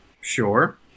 Sure